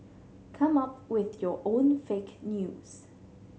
come up with your own fake news